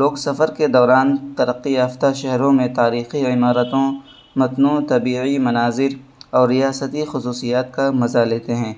لوگ سفر کے دوران ترقی یافتہ شہروں میں تاریخی عمارتوں متنوع طبعی مناظر اور ریاستی خصوصیات کا مزہ لیتے ہیں